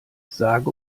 sage